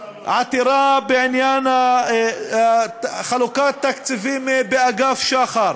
עתירה בעניין חלוקת תקציבים באגף שח"ר,